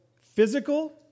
physical